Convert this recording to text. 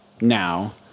now